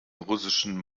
russischen